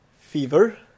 fever